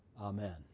Amen